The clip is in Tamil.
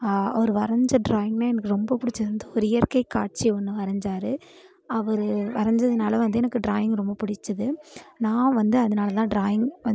அவர் வரைஞ்ச ட்ராயிங்குமே எனக்கு ரொம்ப பிடிச்சது வந்து ஒரு இயற்கை காட்சி ஒன்று வரைஞ்சார் அவர் வரைஞ்சதுனால் வந்து எனக்கு டிராயிங் ரொம்ப பிடிச்சுது நான் வந்து அதனால்தான் டிராயிங் வந்